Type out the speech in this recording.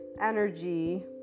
energy